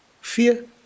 fear